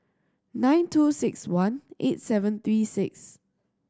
nine two six one eight seven three six